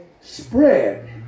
spread